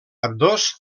ambdós